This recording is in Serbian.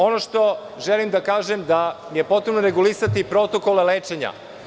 Ono što želim da kažem je da je potrebno regulisati protokole lečenja.